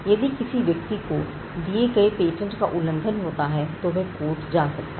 यदि किसी व्यक्ति को दिए हुए पेटेंट का उल्लंघन होता है तो वह कोर्ट जा सकता है